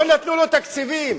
לא נתנו לו תקציבים.